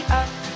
up